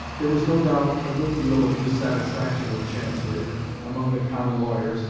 there was no doubt a good deal of dissatisfaction with chancery among the common lawyers,